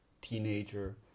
teenager